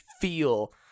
feel